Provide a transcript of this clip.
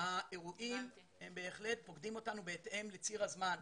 האירועים בהחלט פוקדים אותנו בהתאם לציר הזמן.